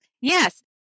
Yes